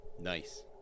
Nice